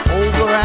over